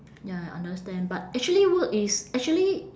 ya I understand but actually work is actually